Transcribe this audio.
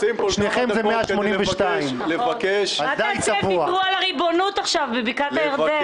שניכם 182. מה זה שהם ויתרו על הריבונות עכשיו בבקעת הירדן?